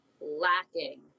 lacking